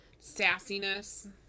Sassiness